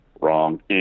Wrong